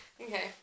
Okay